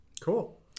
cool